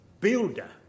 builder